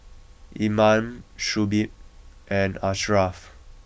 Iman Shuib and Ashraff